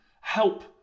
help